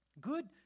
Good